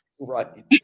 right